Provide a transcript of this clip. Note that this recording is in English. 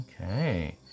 Okay